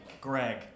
Greg